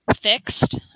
fixed